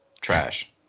Trash